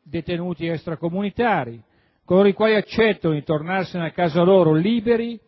detenuti extracomunitari: coloro i quali accettano di tornarsene a casa propria